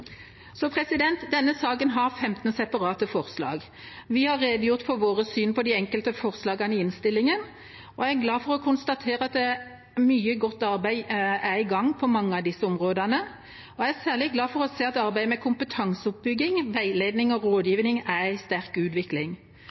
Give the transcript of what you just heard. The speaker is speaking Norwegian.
Denne saken har 15 separate forslag. Vi har redegjort for vårt syn på de enkelte forslagene i innstillinga, og jeg er glad for å konstatere at mye godt arbeid er i gang på mange av disse områdene. Jeg er særlig glad for å se at arbeidet med kompetanseoppbygging, veiledning og rådgivning er i sterk utvikling.